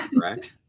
right